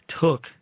took